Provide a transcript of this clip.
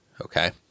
okay